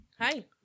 Hi